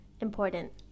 important